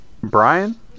Brian